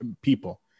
people